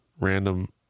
random